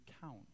count